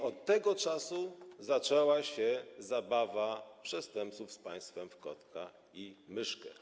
Od tego czasu zaczęła się zabawa przestępców z państwem w kotka i myszkę.